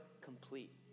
complete